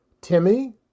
Timmy